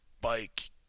bike